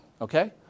Okay